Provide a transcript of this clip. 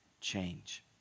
change